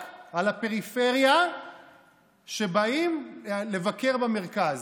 רק על הפריפריה שבאים לבקר במרכז.